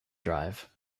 drive